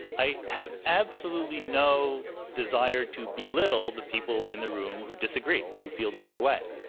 i have absolutely no desire to belittle the people in the room who disagree, who feel the other way.